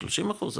30 אחוז,